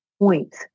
point